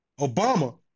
Obama